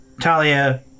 Talia